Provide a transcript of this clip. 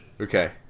Okay